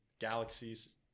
galaxies